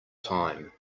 time